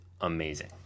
amazing